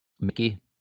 Mickey